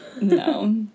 No